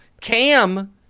Cam